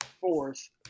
fourth